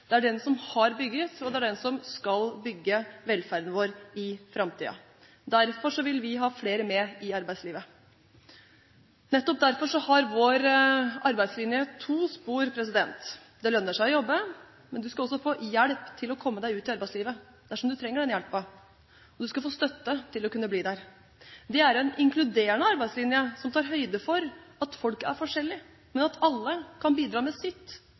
Det er den som har bygget, og det er den som skal bygge, velferden vår i framtiden. Derfor vil vi ha flere med i arbeidslivet. Og nettopp derfor har vår arbeidslinje to spor: Det lønner seg å jobbe, men man skal også få hjelp til å komme seg ut i arbeidslivet dersom man trenger den hjelpen, og man skal få støtte til å kunne bli der. Det er en inkluderende arbeidslinje som tar høyde for at folk er forskjellige, men at alle kan bidra med sitt,